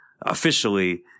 officially